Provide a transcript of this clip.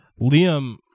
Liam